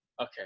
okay